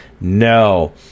no